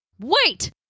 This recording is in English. Wait